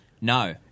No